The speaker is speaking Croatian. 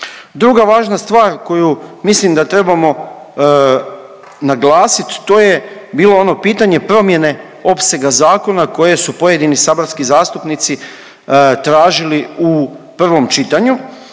Druga važna stvar koju mislim da trebamo naglasit, to je bilo no pitanje promjene opsega zakona koje su pojedini saborski zastupnici tražili u prvom čitanju,